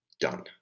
done